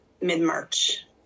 mid-march